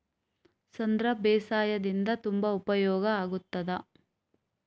ಸಾಂಧ್ರ ಬೇಸಾಯದಿಂದ ತುಂಬಾ ಉಪಯೋಗ ಆಗುತ್ತದಾ?